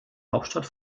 hauptstadt